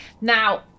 Now